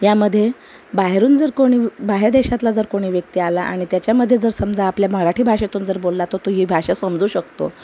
यामध्ये बाहेरून जर कोणी बाहेर देशातला जर कोणी व्यक्ती आला आणि त्याच्यामध्ये जर समजा आपल्या मराठी भाषेतून जर बोलला तर तो ही भाषा समजू शकतो